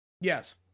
yes